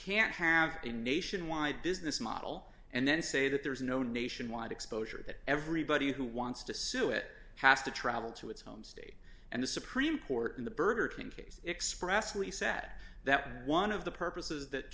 can't have a nationwide business model and then say that there is no nationwide exposure that everybody who wants to sue it has to travel to its home state and the supreme court in the burger king case expressly set that one of the purposes that